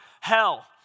hell